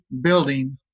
building